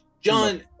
John